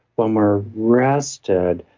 when we're rested,